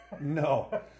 No